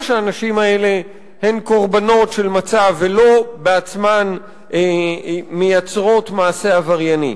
שהנשים האלה הן קורבנות של מצב ולא מייצרות בעצמן מעשה עברייני.